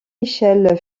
michel